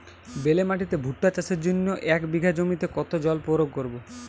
বেলে মাটিতে ভুট্টা চাষের জন্য এক বিঘা জমিতে কতো জল প্রয়োগ করব?